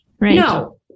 No